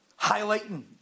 highlighting